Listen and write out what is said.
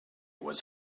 was